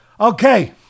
Okay